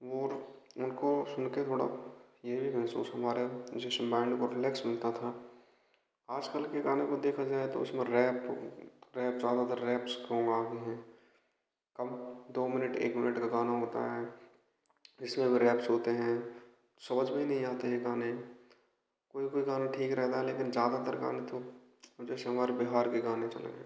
और उनको सुनके थोड़ा ये महसूस हमारा जैसे मैइंड को रीलैक्स मिलता था आजकल के गानों को देखा जाए तो उसमें रैप रैप ज़्यादातर रैप्स सोंग आ गए हैं अब दो मिनट एक मिनट का गाना होता है जिसमें अब रैप्स होते हैं समझ में ही नहीं आते हैं ये गाने कोई कोई गाना ठीक रहता है लेकिन ज़्यादातर गानें तो जैसे हमारे बिहार कि गाने चल गए